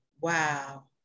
Wow